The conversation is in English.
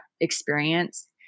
experience